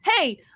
hey